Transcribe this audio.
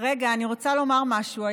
רגע, אני רוצה לומר משהו.